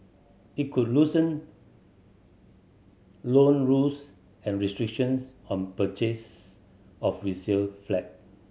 it could loosen loan rules and restrictions on purchase of resale flat